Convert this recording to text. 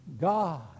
God